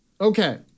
Okay